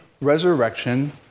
resurrection